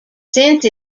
since